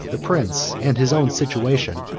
the prince, and his own situation,